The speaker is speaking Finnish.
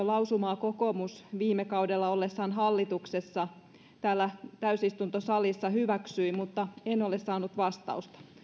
lausumaa kokoomus viime kaudella ollessaan hallituksessa täällä täysistuntosalissa hyväksyi mutta en ole saanut vastausta